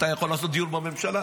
אתה יכול לעשות דיון בממשלה?